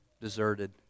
deserted